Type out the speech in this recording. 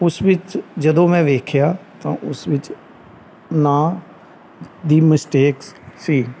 ਉਸ ਵਿੱਚ ਜਦੋਂ ਮੈਂ ਵੇਖਿਆ ਤਾਂ ਉਸ ਵਿੱਚ ਨਾਂ ਦੀ ਮਿਸਟੇਕ ਸੀ